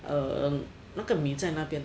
uh uh 那个米在那边